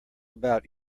about